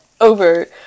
over